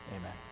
Amen